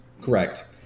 Correct